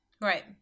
Right